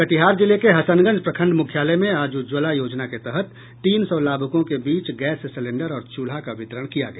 कटिहार जिले के हसनगंज प्रखंड मुख्यालय में आज उज्ज्वला योजना के तहत तीन सौ लाभुकों के बीच गैस सिलेंडर और चूल्हा का वितरण किया गया